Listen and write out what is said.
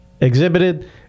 exhibited